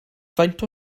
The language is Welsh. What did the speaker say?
faint